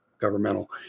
governmental